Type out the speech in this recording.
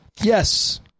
Yes